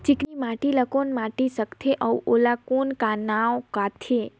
चिकनी माटी ला कौन माटी सकथे अउ ओला कौन का नाव काथे?